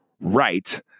right